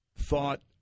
thought